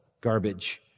garbage